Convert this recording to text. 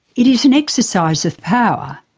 it is an exercise of power,